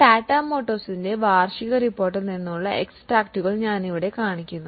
ടാറ്റ മോട്ടോഴ്സിന്റെ വാർഷിക റിപ്പോർട്ടിൽ നിന്നുള്ള എക്സ്ട്രാക്റ്റുകൾ ഞാൻ ഇവിടെ കാണിക്കുന്നു